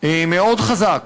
מאוד חזק